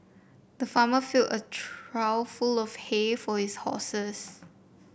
the farmer filled a trough full of hay for his horses